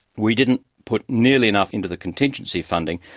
we didn't put nearly enough into the contingency funding,